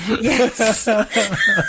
Yes